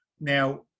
Now